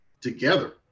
together